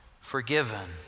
forgiven